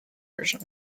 version